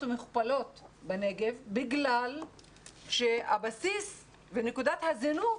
ומכופלות בנגב בגלל שהבסיס ונקודת הזינוק